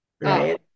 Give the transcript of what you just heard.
Right